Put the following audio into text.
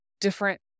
different